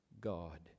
God